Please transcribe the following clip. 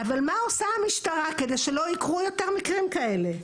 אבל מה עושה המשטרה עדי שלא יקרו מקרים כאלה עוד?